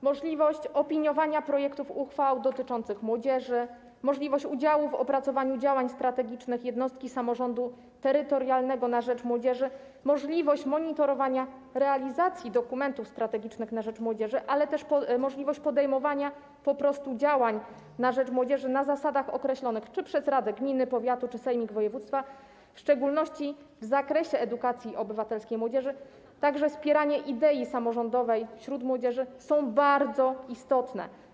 Możliwość opiniowania projektów uchwał dotyczących młodzieży, możliwość udziału w opracowaniu działań strategicznych jednostki samorządu terytorialnego na rzecz młodzieży, możliwość monitorowania realizacji dokumentów strategicznych na rzecz młodzieży, ale też po prostu możliwość podejmowania działań na rzecz młodzieży na zasadach określonych czy przez radę gminy, powiatu czy przez sejmik województwa, w szczególności w zakresie edukacji obywatelskiej młodzieży, a także wspieranie idei samorządowej wśród młodzieży są bardzo istotne.